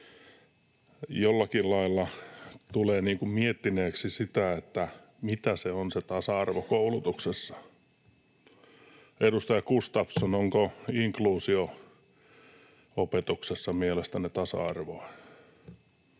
jollakin lailla tulee miettineeksi, että mitä se on se tasa-arvo koulutuksessa. Edustaja Gustafsson, onko inkluusio opetuksessa mielestänne tasa-arvoa?